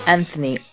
Anthony